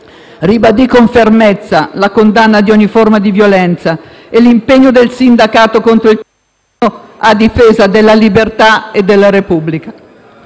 ribadì con fermezza la condanna di ogni forma di violenza e l'impegno del sindacato contro il terrorismo, a difesa della libertà e della Repubblica.